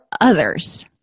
others